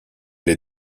les